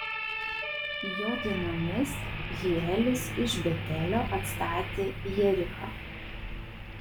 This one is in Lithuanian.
jo dienomis hielis iš betelio atstatė jerichą